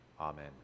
amen